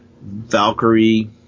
Valkyrie